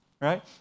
right